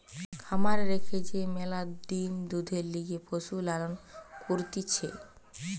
খামারে রেখে যে ম্যালা ডিম্, দুধের লিগে পশুর লালন করতিছে